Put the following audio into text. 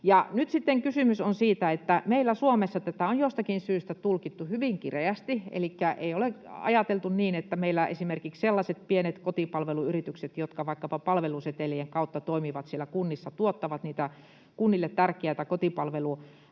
Nyt kysymys on siitä, että meillä Suomessa tätä on jostakin syystä tulkittu hyvin kireästi elikkä on ajateltu niin, että meillä esimerkiksi sellaiset pienet kotipalveluyritykset, jotka vaikkapa palvelusetelien kautta toimivat siellä kunnissa, tuottavat niitä kunnille tärkeitä kotipalvelupalveluita,